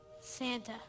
Santa